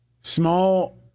small